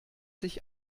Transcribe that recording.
sich